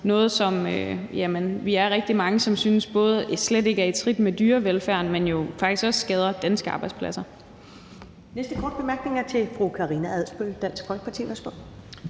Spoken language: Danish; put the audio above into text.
noget, som vi er rigtig mange der synes slet ikke er i trit med dyrevelfærden, men som jo faktisk også skader danske arbejdspladser.